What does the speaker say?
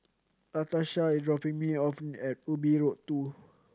Latarsha is dropping me off at Ubi Road Two